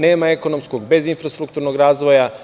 Nema ekonomskog bez infrastrukturnog razvoja.